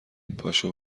پاشو